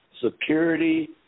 security